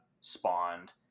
spawned